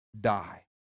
die